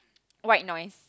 white noise